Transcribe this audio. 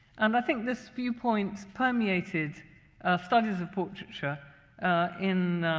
and i think this viewpoint permeated studies of portraiture in.